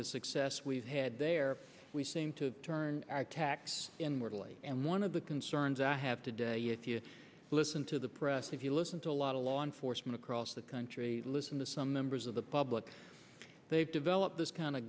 the success we've had there we seem to turn our tax inwardly and one of the concerns i have today if you listen to the press if you listen to a lot of law enforcement across the country listen to some members of the public they've developed this kind